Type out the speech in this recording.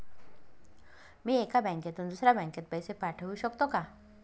मी एका बँकेतून दुसऱ्या बँकेत पैसे पाठवू शकतो का?